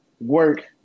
work